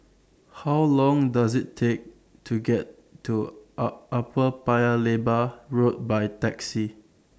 How Long Does IT Take to get to up Upper Paya Lebar Road By Taxi